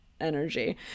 energy